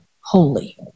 holy